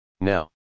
Now